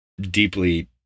deeply